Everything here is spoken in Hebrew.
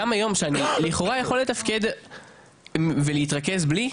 גם היום שאני לכאורה יכול לתפקד ולהתרכז בלי,